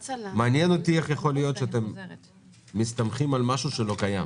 מעניין אותי איך יכול להיות שאתם מסתמכים על משהו שלא קיים.